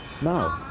No